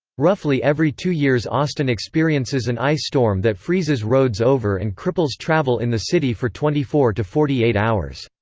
roughly every two years austin experiences an ice storm that freezes roads over and cripples travel in the city for twenty four to forty eight hours.